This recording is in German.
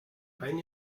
ein